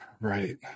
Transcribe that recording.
Right